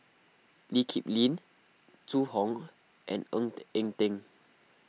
Lee Kip Lin Zhu Hong and Ng Eng Teng